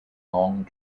long